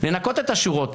לנקות את השורות.